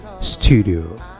studio